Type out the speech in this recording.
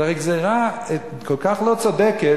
זו הרי גזירה כל כך לא צודקת.